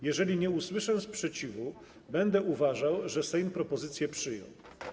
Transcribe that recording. Jeżeli nie usłyszę sprzeciwu, będę uważał, że Sejm propozycję przyjął.